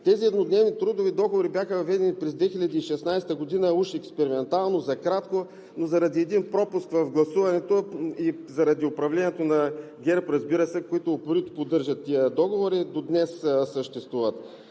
Тези еднодневни трудови договори бяха въведени през 2016 г. уж експериментално, за кратко, но заради един пропуск в гласуването и заради управлението на ГЕРБ, разбира се, които упорито поддържат тези договори, и до днес съществуват.